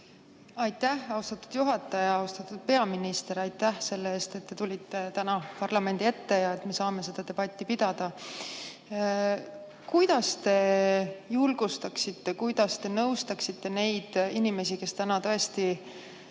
Aitäh, austatud juhataja! Austatud peaminister, aitäh selle eest, et te tulite täna parlamendi ette ja me saame seda debatti pidada! Kuidas te julgustaksite, kuidas te nõustaksite neid inimesi, kes täna